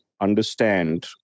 understand